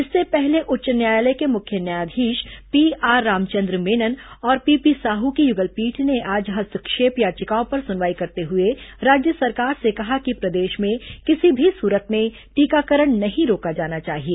इससे पहले उच्च न्यायालय के मुख्य न्यायाधीश पी आर रामचंद्र मेनन और पीपी साह की युगल पीठ ने आज हस्तक्षेप याचिकाओं पर सुनवाई करते हुए राज्य सरकार से कहा कि प्रदेश में किसी भी सुरत में टीकाकरण नहीं रोका जाना चाहिए